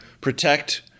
protect